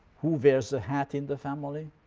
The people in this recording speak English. who wears the hat in the family?